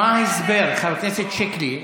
מה ההסבר, חבר הכנסת שיקלי?